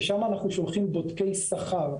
לשם אנחנו שולחים בודקי שכר.